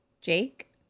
Jake